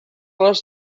les